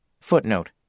Footnote